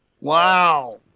Wow